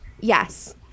yes